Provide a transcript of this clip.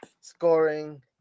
scoring